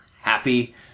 happy